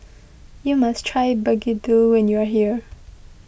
you must try Begedil when you are here